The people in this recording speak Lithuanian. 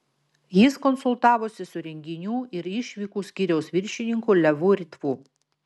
jis konsultavosi su renginių ir išvykų skyriaus viršininku levu ritvu